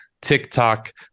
TikTok